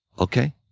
okay,